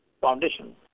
foundation